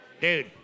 Dude